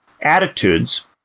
attitudes